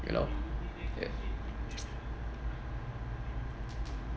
yup ya